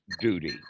duty